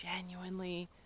genuinely